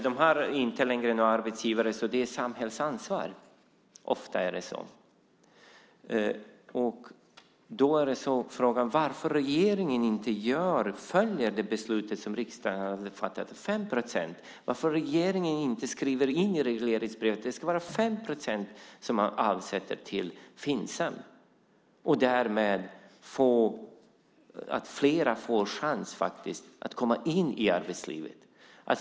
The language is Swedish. De har inte längre någon arbetsgivare utan ofta är det är samhällets ansvar. Frågan är varför regeringen inte följer det beslut som riksdagen har fattat om 5 procent. Varför skriver regeringen inte in i regleringsbrevet att man ska avsätta 5 procent till Finsam? Därmed skulle fler få en chans att komma in i arbetslivet.